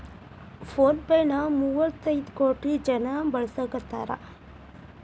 phone pay ನ ಮುವ್ವತೈದ್ ಕೋಟಿ ಜನ ಬಳಸಾಕತಾರ